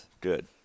Good